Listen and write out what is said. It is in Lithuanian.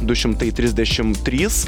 du šimtai trisdešimt trys